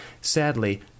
Sadly